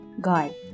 God